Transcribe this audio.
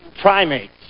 primates